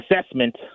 assessment